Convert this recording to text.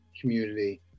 community